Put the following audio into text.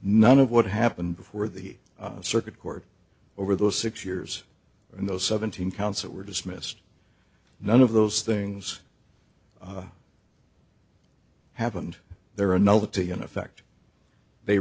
none of what happened before the circuit court over those six years and those seventeen counts that were dismissed none of those things happened there are no the to in effect they